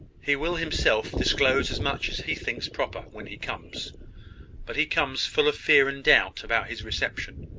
he will himself disclose as much as he thinks proper, when he comes but he comes full of fear and doubt about his reception.